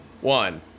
one